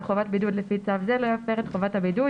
חובת בידוד לפי צו זה לא יפר את חובת הבידוד,